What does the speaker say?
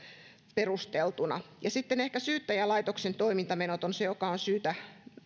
perusteltuna sitten ehkä syyttäjälaitoksen toimintamenot on syytä